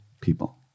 people